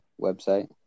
website